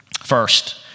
First